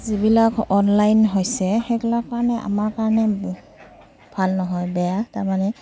যিবিলাক অনলাইন হৈছে সেইবিলাক কাৰণে আমাৰ কাৰণে ভাল নহয় বেয়া তাৰমানে